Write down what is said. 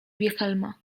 wilhelma